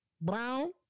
Brown